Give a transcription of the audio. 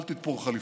אל תתפור חליפות.